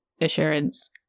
assurance